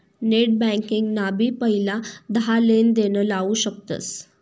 net banking ना भी पहिला दहा लेनदेण लाऊ शकतस